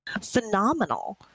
phenomenal